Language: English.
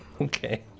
Okay